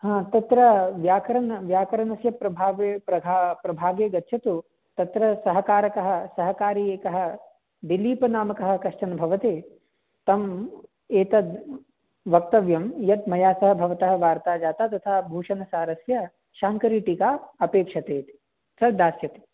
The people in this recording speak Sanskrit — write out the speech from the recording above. हा तत्र व्याकरण व्याकरणस्य प्रभावे प्रभा प्रभागे गच्छतु तत्र सहकारकः सहकारी एकः दिलीपनामकः कश्चन् भवति तम् एतद् वक्तव्यं यत् मया सह भवतः वार्ता जाता तथा भूषणसारस्य शाङ्करीटीका अपेक्षते इति स दास्यति